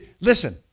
Listen